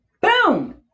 Boom